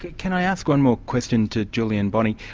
can i ask one more question to julie and bonny?